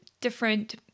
different